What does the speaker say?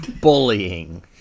Bullying